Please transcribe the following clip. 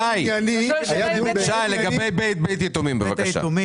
שי, לגבי בית יתומים, בבקשה.